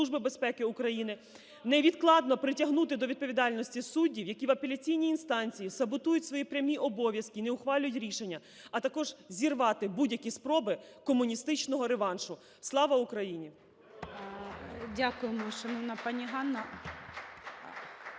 Дякую, шановна пані Олена,